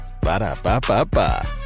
Ba-da-ba-ba-ba